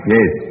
Yes